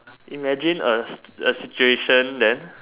imagine a A situation that